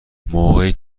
موقعی